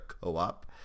co-op